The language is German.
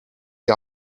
die